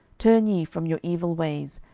turn ye from your evil ways,